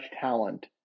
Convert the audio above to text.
talent